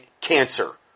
cancer